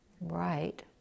Right